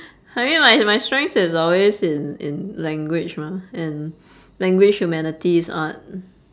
I mean my my strengths is always in in language mah and language humanities art